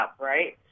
right